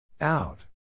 Out